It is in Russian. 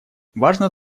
важно